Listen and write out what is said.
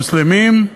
מוסלמים?